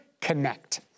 connect